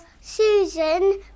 Susan